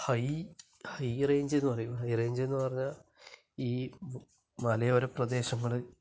high high range എന്നു പറയുന്ന high range എന്ന് പറഞ്ഞാൽ ഈ മലയോര പ്രദേശങ്ങള്